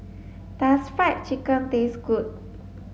does fried chicken taste good